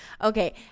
Okay